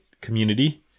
community